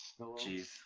Jeez